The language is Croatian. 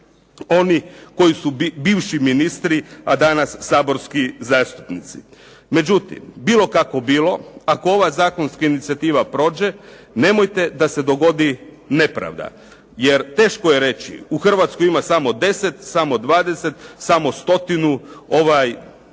oni koji su bivši ministri, a danas saborski zastupnici. Međutim, bilo kako bilo, ako ova zakonska inicijativa prođe, nemojte da se dogodi nepravda. Jer teško je reći, u Hrvatskoj ima samo 10, samo 20, samo stotinu heroja.